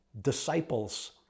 disciples